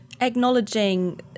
acknowledging